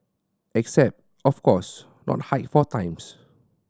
except of course not hike four times